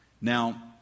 Now